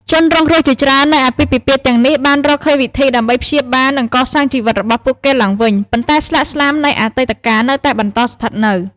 ជនរងគ្រោះជាច្រើននៃអាពាហ៍ពិពាហ៍ទាំងនេះបានរកឃើញវិធីដើម្បីព្យាបាលនិងកសាងជីវិតរបស់ពួកគេឡើងវិញ ប៉ុន្តែស្លាកស្នាមនៃអតីតកាលនៅតែបន្តស្ថិតនៅ។